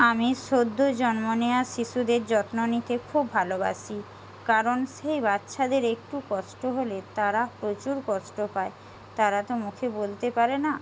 আমি সদ্য জন্ম নেয়া শিশুদের যত্ন নিতে খুব ভালোবাসি কারণ সেই বাচ্ছাদের একটু কষ্ট হলে তারা প্রচুর কষ্ট পায় তারা তো মুখে বলতে পারে না